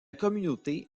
communauté